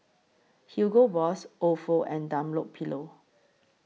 Hugo Boss Ofo and Dunlopillo